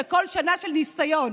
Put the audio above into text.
שכל שנה של ניסיון